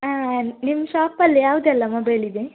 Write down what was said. ಆ ನಿಮ್ಮ ಶಾಪಲ್ಲಿ ಯಾವುದೆಲ್ಲ ಮೊಬೈಲ್ ಇದೆ